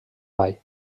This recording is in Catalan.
vall